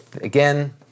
again